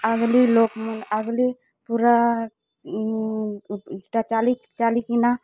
ଆଗ୍ଲି look ugly ପୁରା ଚାଲି ଚାଲିକିନା